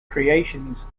creations